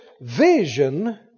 vision